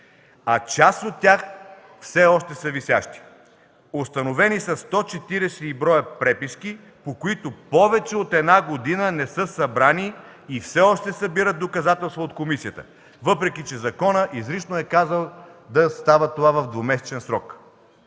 а част от тях са все още висящи. Установени са 146 броя преписки, по които повече от една година не са събрани и все още се събират доказателства от комисията, въпреки че законът изрично е казал това да става в двумесечен срок.